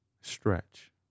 Stretch